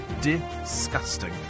Disgusting